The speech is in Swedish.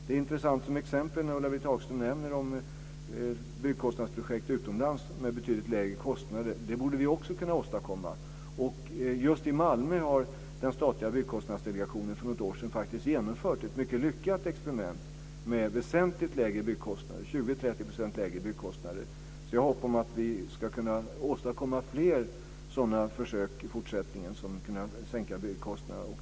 Det som t.ex. Ulla-Britt Hagström nämner om byggprojekt utomlands med betydligt lägre kostnader är ju intressant. Det borde vi också kunna åstadkomma. Just i Malmö har den statliga Byggkostnadsdelegationen för något år sedan faktiskt genomfört ett mycket lyckat experiment med väsentligt lägre byggkostnader, 20-30 % lägre byggkostnader. Jag har hopp om att vi ska kunna åstadkomma fler sådana försök i fortsättningen där man kan sänka byggkostnaderna.